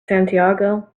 santiago